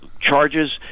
charges